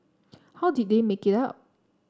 how did they make it up